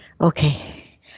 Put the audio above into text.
Okay